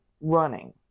running